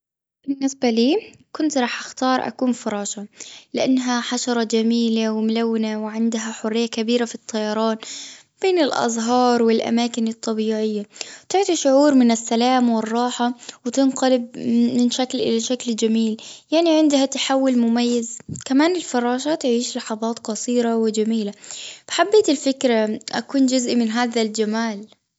بالنسبه لي كنت راح اختار اكون فراشة. لانها حشرة جميلة وملونة وعندها حرية كبيرة في الطيران بين الازهار والاماكن الطبيعية تعطي شعور من السلام والراحة وتنقلب من شكل الي شكل جميل. يعني عندها تحول مميز. كمان الفراشات يعيشون لحظات قصيرة وجميلة. حبيت الفكرة اكون جزء من هذا الجمال